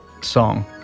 song